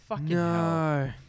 no